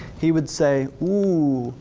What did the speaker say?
he would say, ooh,